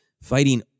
Fighting